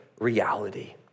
reality